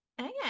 Okay